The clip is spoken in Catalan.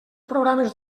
programes